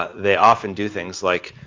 they often do things like,